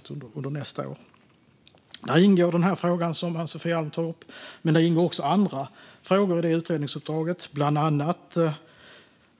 I utredningsuppdraget ingår den fråga som Ann-Sofie Alm tar upp, men där ingår också andra frågor, bland annat att